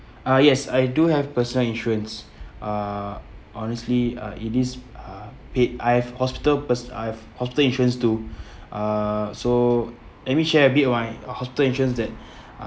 uh yes I do have personal insurance uh honestly uh it is uh paid I've hospital pers~ I've hospital insurance to uh so let me share a bit why hospital insurance that